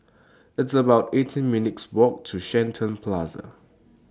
It's about eighteen minutes' Walk to Shenton Plaza